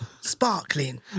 sparkling